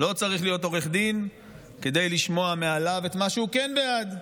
לא צריך להיות עורך דין כדי לשמוע מהלאו את מה שהוא כן בעדו.